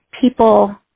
people